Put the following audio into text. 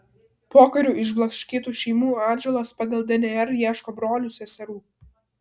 pokariu išblaškytų šeimų atžalos pagal dnr ieško brolių seserų